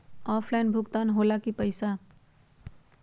Offline भुगतान हो ला कि पईसा?